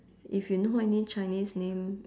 if you know any chinese name